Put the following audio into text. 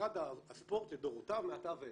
משרד הספורט לדורותיו, מעתה ואילך,